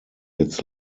its